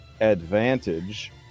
advantage